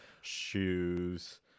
shoes